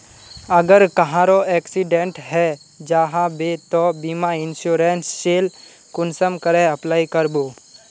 अगर कहारो एक्सीडेंट है जाहा बे तो बीमा इंश्योरेंस सेल कुंसम करे अप्लाई कर बो?